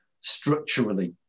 structurally